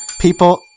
People